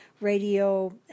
Radio